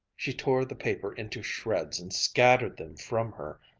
she tore the paper into shreds and scattered them from her,